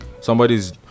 somebody's